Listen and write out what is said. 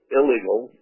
illegal